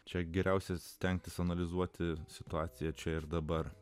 čia geriausia stengtis analizuoti situaciją čia ir dabar